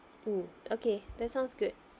mm okay that sounds good